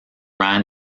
ran